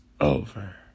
over